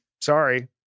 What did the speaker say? sorry